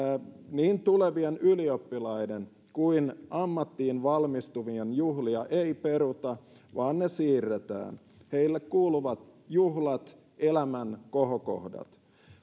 niin tulevien ylioppilaiden kuin ammattiin valmistuvien juhlia ei peruta vaan ne siirretään heille kuuluvat juhlat elämän kohokohdat